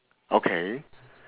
okay